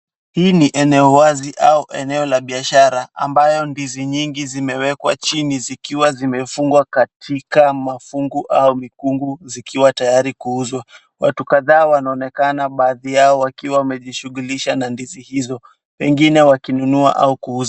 Hii ni eneo wazi au eneo la biashara, ambayo ndizi nyingi zimewekwa chini zikiwa zimefungwa katika mafungu au mikungu zikiwa tayari kuuzwa, watu kadhaa wanaonekana baadhi yao wakiwa wamejishughulisha na ndizi hizo, pengine wakinunua au kuuza.